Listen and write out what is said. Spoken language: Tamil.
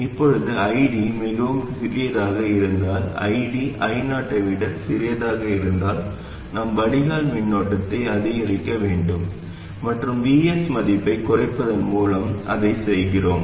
இதேபோல் ID மிகவும் சிறியதாக இருந்தால் ID I0 ஐ விட சிறியதாக இருந்தால் நாம் வடிகால் மின்னோட்டத்தை அதிகரிக்க வேண்டும் மற்றும் Vs மதிப்பைக் குறைப்பதன் மூலம் அதைச் செய்கிறோம்